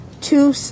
two